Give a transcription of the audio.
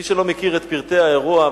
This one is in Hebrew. מי שלא מכיר את פרטי האירוע,